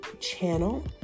channel